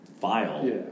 file